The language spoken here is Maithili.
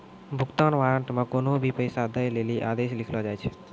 भुगतान वारन्ट मे कोन्हो भी पैसा दै लेली आदेश लिखलो जाय छै